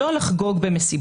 הם לא רוצים לחגוג במסיבה,